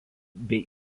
bei